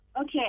Okay